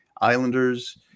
Islanders